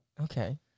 Okay